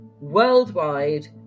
worldwide